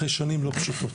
אחרי שנים לא פשוטות.